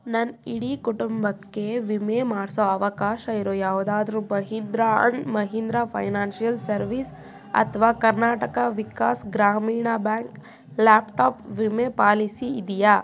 ನನ್ನ ಇಡೀ ಕುಟುಂಬಕ್ಕೆ ವಿಮೆ ಮಾಡಿಸೋ ಅವಕಾಶ ಇರೋ ಯಾವುದಾದ್ರೂ Mahindra and Mahindra financial service ಅಥವಾ ಕರ್ನಾಟಕ ವಿಕಾಸ್ ಗ್ರಾಮೀಣ ಬ್ಯಾಂಕ್ ಲ್ಯಾಪ್ಟಾಪ್ ವಿಮೆ ಪಾಲಿಸಿ ಇದೆಯಾ